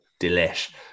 Delish